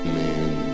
man